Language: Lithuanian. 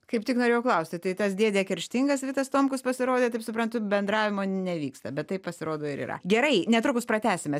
kaip tik norėjau klausti tai tas dėdė kerštingas vitas tomkus pasirodė taip suprantu bendravimo nevyksta bet taip pasirodo ir yra gerai netrukus pratęsim mes